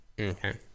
Okay